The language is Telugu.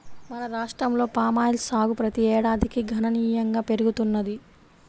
మన రాష్ట్రంలో పామాయిల్ సాగు ప్రతి ఏడాదికి గణనీయంగా పెరుగుతున్నది